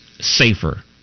safer